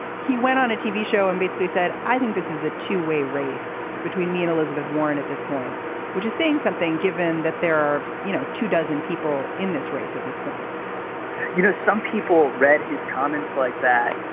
he went on a tv show and basically said i think this is a two way race between me and elizabeth warren at this point which is saying something given that there are you know two dozen people in this race at this point you know some people read his comments like that.